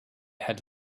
had